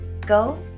Go